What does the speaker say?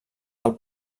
del